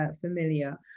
familiar